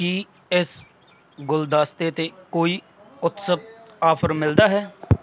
ਕੀ ਇਸ ਗੁਲਦਸਤੇ 'ਤੇ ਕੋਈ ਉਤਸਵ ਆਫ਼ਰ ਮਿਲਦਾ ਹੈ